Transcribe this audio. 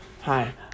hi